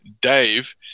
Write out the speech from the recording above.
Dave